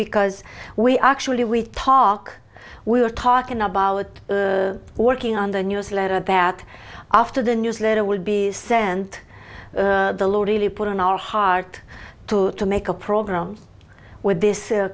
because we actually we talk we are talking about working on the newsletter that after the newsletter will be sent the lord really put on our heart too to make a program with this